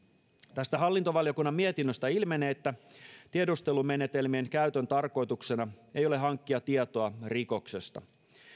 tästä hallintovaliokunnan mietinnöstä ilmenee että tiedustelumenetelmien käytön tarkoituksena ei ole hankkia tietoa rikoksesta